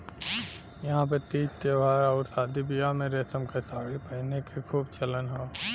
इहां पे तीज त्यौहार आउर शादी बियाह में रेशम क सारी पहिने क खूब चलन हौ